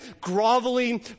groveling